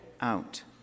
out